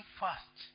first